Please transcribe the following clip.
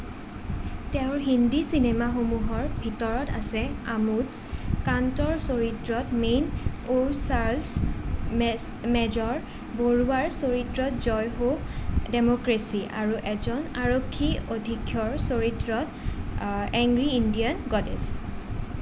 তেওঁৰ হিন্দী চিনেমাসমূহৰ ভিতৰত আছে আমোদ কান্তৰ চৰিত্ৰত ম্যে ঔৰ চাৰ্লছ মেজৰ বৰুৱাৰ চৰিত্ৰত জয় হো ডেম'ক্ৰেচি আৰু এজন আৰক্ষী অধীক্ষকৰ চৰিত্ৰত এংগ্ৰি ইণ্ডিয়ান গডেছ